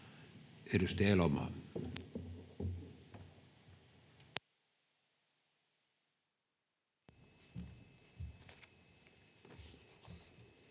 Edustaja Elomaa.